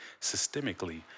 systemically